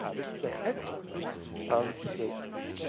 ah this is the headquarters of the business.